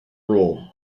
rule